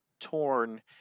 torn